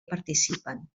participen